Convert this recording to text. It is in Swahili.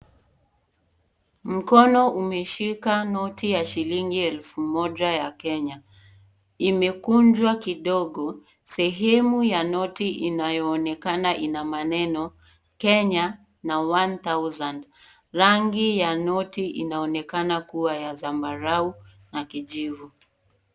Mkono umeshika noti ya shilingi elfu moja ya kenya. Imekunjwa kidogo. Sehemu ya noti inayoonekana ina maneno, Kenya na 1000. Rangi ya noti inaonekana kuwa ya zambarau na kijivu.